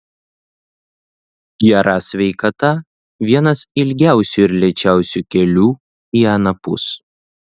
gera sveikata vienas ilgiausių ir lėčiausių kelių į anapus